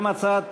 גם הצעת